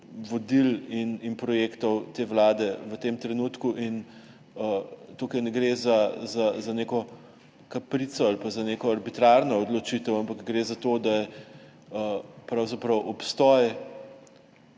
vodil in projektov te vlade v tem trenutku. Tukaj ne gre za neko kaprico ali pa za neko arbitrarno odločitev, ampak gre za to, da je obstoj